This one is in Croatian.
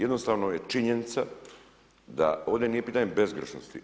Jednostavno je činjenica da ovdje nije pitanje bezgrešnosti.